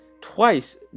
twice